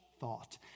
thought